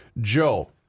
Joe